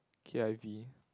K_I_V